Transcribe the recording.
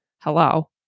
Hello